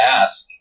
ask